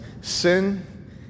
sin